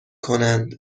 کنند